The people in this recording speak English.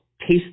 taste